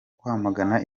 kwamagana